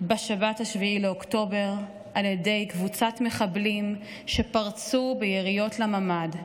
בשבת ב-7 באוקטובר על ידי קבוצת מחבלים שפרצו ביריות לממ"ד.